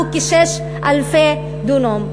הוא כ-6,000 דונם,